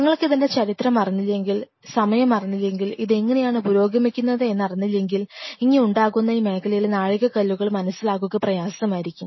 നിങ്ങൾക്ക് ഇതിൻറെ ചരിത്രം അറിഞ്ഞില്ലെങ്കിൽ സമയം അറിഞ്ഞില്ലെങ്കിൽ ഇത് എങ്ങനെയാണ് പുരോഗമിക്കുന്നത് എന്ന് അറിഞ്ഞില്ലെങ്കിൽ ഇനി ഉണ്ടാകുന്ന ഈ മേഖലയിലെ നാഴികകല്ലുകൾ മനസ്സിലാക്കുക പ്രയാസമായിരിക്കും